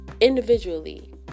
individually